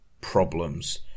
problems